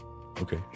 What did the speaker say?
okay